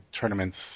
tournaments